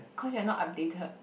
cause you're not updated